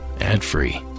ad-free